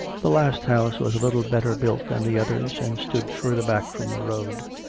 the last house was a little better built than the others, and stood further back from the road.